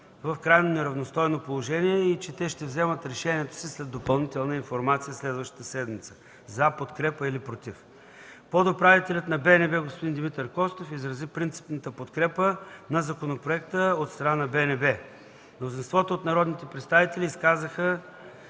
в крайно неравностойно положение и че те ще вземат решението си след допълнителна информация следващата седмица – за подкрепа или против. Подуправителят на БНБ господин Димитър Костов изрази принципната подкрепа на законопроекта от страна на БНБ. Мнозинството от народни представители се изказаха,